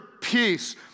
peace